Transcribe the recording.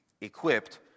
equipped